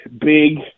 big